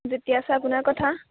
যেতিয়া চাই আপোনাৰ কথা